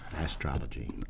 astrology